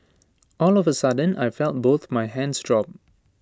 all of A sudden I felt both my hands drop